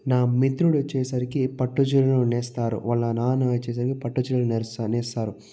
నా మిత్రుడు వచ్చేసరికి పట్టు చీరలను నేస్తారు వాళ్ళ నాన్న వచ్చేసరికి పట్టుచీర లు నెస్తా నేస్తారు